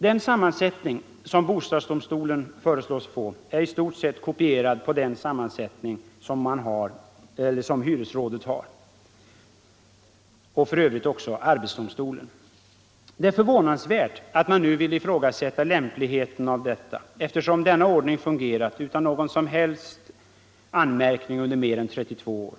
Den sammansättning som bostadsdomstolen föreslås få är i stort sett kopierad på den sammansättning som hyresrådet och för övrigt också arbetsdomstolen har. Det är förvånansvärt att man nu vill ifrågasätta lämpligheten av detta, eftersom denna ordning fungerat utan någon som helst anmärkning under mer än 32 år.